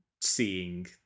seeing